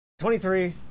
23